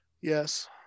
Yes